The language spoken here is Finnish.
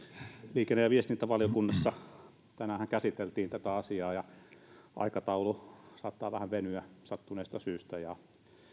liikenne ja viestintävaliokunnassa tänäänhän käsiteltiin tätä asiaa ja aikataulu saattaa vähän venyä sattuneesta syystä ja